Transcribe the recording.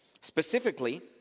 specifically